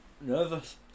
Nervous